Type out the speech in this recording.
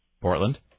Portland